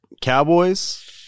Cowboys